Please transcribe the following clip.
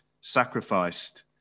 sacrificed